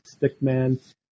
Stickman